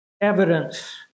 evidence